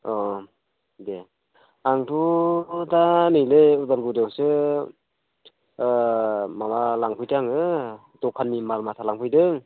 अ दे आंथ' दा नै उदालगुरियावसो माबा लांफैदो आङो दखाननि माल माथा लांफैदों